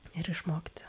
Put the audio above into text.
ir šimokti